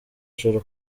joro